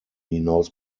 hinaus